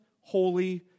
Holy